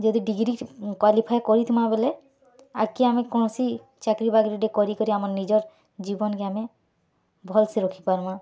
ଯଦି degree qualify କରିଥିମା ବୋଲେ ଆଗ୍କେ ଆମେ କୌଣସି ଚାକ୍ରି ବାକ୍ରି କରି କିରି ଆମେ ଆମର୍ ନିଜର୍ ଜୀବନ୍କେ ଆମେ ଭଲ୍ସେ ରଖିପାର୍ମା